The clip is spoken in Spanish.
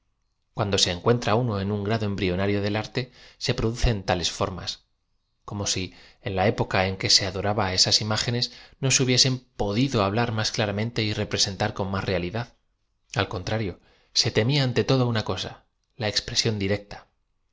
cuando se encuentra uno en un grado embrionario del arte se producen tales formas como si en la época en que se adoraban esas imágenes no se hubiese podido hablar más claramente y representar con más realidad a l contrario se tem ia ante todo una cosa la expresión directa